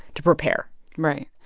to prepare right.